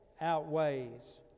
outweighs